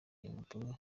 impapuro